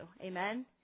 amen